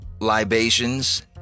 libations